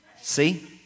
See